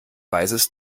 weißes